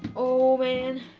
oh man